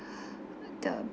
the